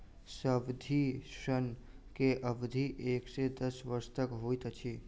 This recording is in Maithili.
सावधि ऋण के अवधि एक से दस वर्ष तक होइत अछि